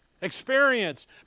Experience